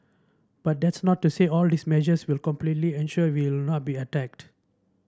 but that's not to say all these measures will completely ensure we will not be attacked